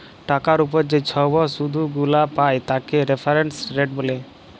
টাকার উপর যে ছব শুধ গুলা পায় তাকে রেফারেন্স রেট ব্যলে